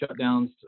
shutdowns